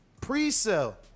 Pre-sale